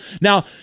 Now